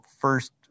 first